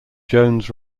jones